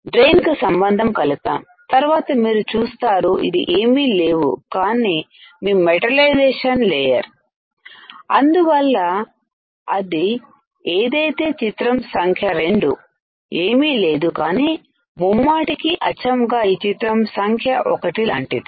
drain కు సంబంధం కలిపాం తర్వాత మీరు చూస్తారు ఇది ఏమీ లేవు కానీ మీ మెటలైజేషన్ లేయర్ అందువల్ల ఇది ఏదైతే చిత్రం సంఖ్య2 ఏమీ లేదు కానీ ముమ్మాటికీ అచ్చంగా ఈ చిత్రం సంఖ్య 1 లాంటిది